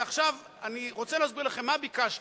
עכשיו אני רוצה להסביר לכם מה ביקשתי.